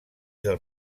del